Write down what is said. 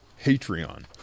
Patreon